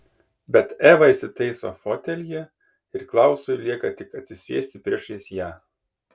bet eva įsitaiso fotelyje ir klausui lieka tik atsisėsti priešais ją